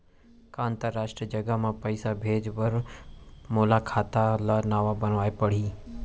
का अंतरराष्ट्रीय जगह म पइसा भेजे बर मोला खाता ल नवा बनवाना पड़ही?